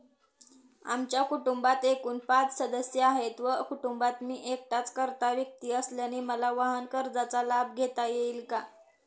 आमच्या कुटुंबात एकूण पाच सदस्य आहेत व कुटुंबात मी एकटाच कर्ता व्यक्ती असल्याने मला वाहनकर्जाचा लाभ घेता येईल का?